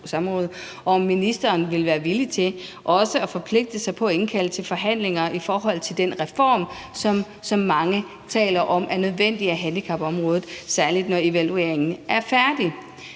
om ministeren vil være villig til at forpligte sig på at indkalde til forhandlinger om den reform af handicapområdet, som mange taler om er nødvendig, særlig når evalueringen er færdig.